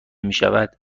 میشود